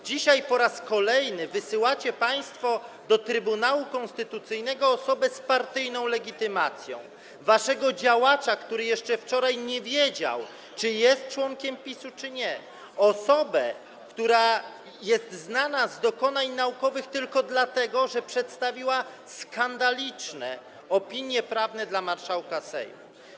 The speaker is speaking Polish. Dzisiaj po raz kolejny wysyłacie państwo do Trybunału Konstytucyjnego osobę z partyjną legitymacją - waszego działacza, który jeszcze wczoraj nie wiedział, czy jest członkiem PiS-u, czy nie, osobę, która jest znana z dokonań naukowych tylko dlatego, że przedstawiła skandaliczne opinie prawne dla marszałka Sejmu.